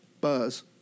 Buzz